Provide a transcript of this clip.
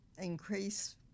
increase